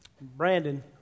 Brandon